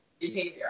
behavior